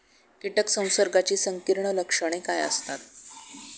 कीटक संसर्गाची संकीर्ण लक्षणे काय असतात?